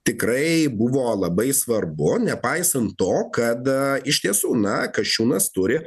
tikrai buvo labai svarbu nepaisant to kada iš tiesų na kasčiūnas turi